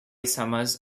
summers